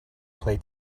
play